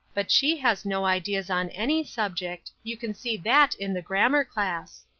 but she has no ideas on any subject you can see that in the grammar class.